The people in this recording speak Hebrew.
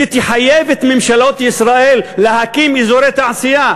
שתחייב את ממשלות ישראל להקים אזורי תעשייה